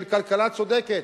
של כלכלה צודקת,